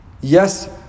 Yes